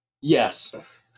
Yes